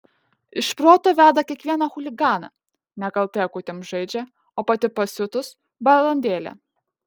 iš proto veda kiekvieną chuliganą nekaltai akutėm žaidžia o pati pasiutus balandėlė